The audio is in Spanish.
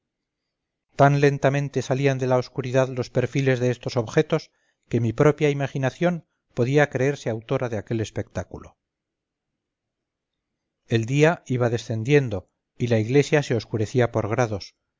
tan lentamente salían de la oscuridad los perfiles de estos objetos que mi propia imaginación podía creerse autora de aquel espectáculo el día iba descendiendo y la iglesia se oscurecía por grados